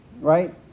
Right